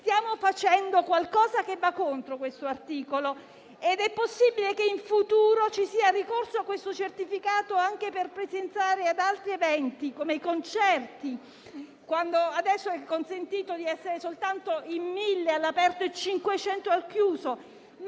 stiamo facendo qualcosa che va contro questo articolo. Ed è possibile che, in futuro, sia necessario far ricorso a questo certificato anche per presenziare ad altri eventi, come concerti, ai quali adesso è consentito essere soltanto 1.000 all'aperto e 500 al chiuso,